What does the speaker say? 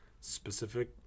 specific